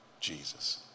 Jesus